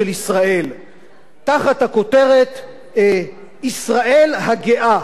תחת הכותרת "ישראל הגאה", Gay Israel.